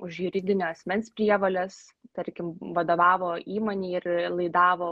už juridinio asmens prievoles tarkim vadovavo įmonei ir laidavo